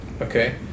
Okay